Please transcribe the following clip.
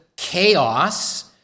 Chaos